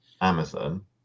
Amazon